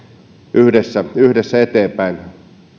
yhdessä yhdessä eteenpäin